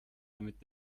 damit